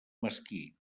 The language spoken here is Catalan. mesquí